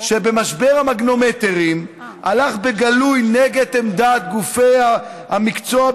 שבמשבר המגנומטרים הלך בגלוי נגד עמדת גופי המקצוע,